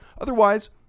otherwise